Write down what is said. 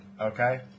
Okay